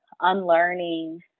unlearning